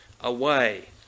away